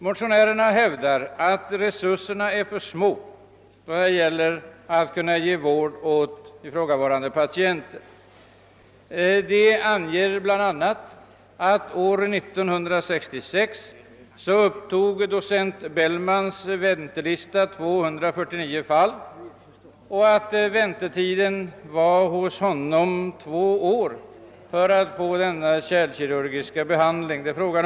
Motionärerna hävdar att resurserna är för små när det gäller vården av ifrågavarande patienter. Man anger bl.a. att docent Bellmans väntelista år 1966 upptog 249 fall samt att väntetiden hos honom för att få denna kärlkirurgiska behandling var två år.